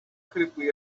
kırıklığı